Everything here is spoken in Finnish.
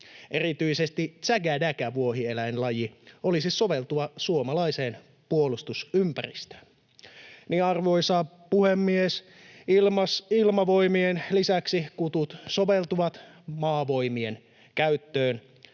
Erityisesti tsägädägä-vuohieläinlaji olisi soveltuva suomalaiseen puolustusympäristöön. Arvoisa puhemies! Ilmavoimien lisäksi kutut soveltuvat Maavoimien käyttöön.